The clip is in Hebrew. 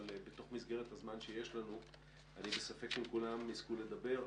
אבל אני בספק אם כולם יספיקו לדבר.